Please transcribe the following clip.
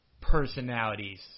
personalities